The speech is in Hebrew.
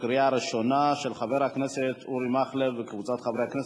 של חבר הכנסת אורי מקלב וקבוצת חברי כנסת,